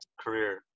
career